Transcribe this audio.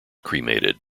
cremated